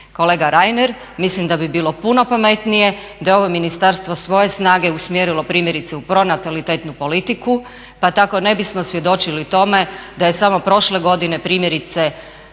Kolega Reiner mislim da bi bilo puno pametnije da je ovo ministarstvo svoje snage usmjerilo primjerice u pronatalitetnu politiku pa tako ne bismo svjedočili tome da je samo prošle godine primjerice